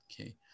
Okay